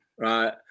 Right